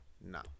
No